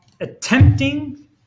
attempting